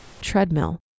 Treadmill